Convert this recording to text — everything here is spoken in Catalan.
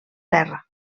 terra